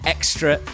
Extra